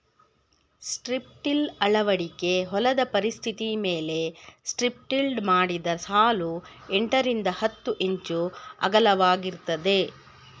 strip till ಅಳವಡಿಕೆ ಹೊಲದ ಪರಿಸ್ಥಿತಿಮೇಲೆ ಸ್ಟ್ರಿಪ್ಟಿಲ್ಡ್ ಮಾಡಿದ ಸಾಲು ಎಂಟರಿಂದ ಹತ್ತು ಇಂಚು ಅಗಲವಾಗಿರ್ತದೆ